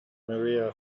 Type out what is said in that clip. maria